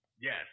Yes